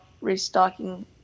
restocking